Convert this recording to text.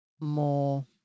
more